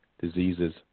diseases